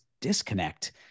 disconnect